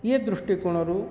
ଇଏ ଦୃଷ୍ଟି କୋଣରୁ